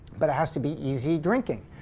but it has to be easy drinking.